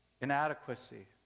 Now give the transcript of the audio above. inadequacy